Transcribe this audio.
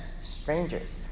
strangers